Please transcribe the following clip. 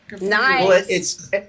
Nice